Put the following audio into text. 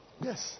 Yes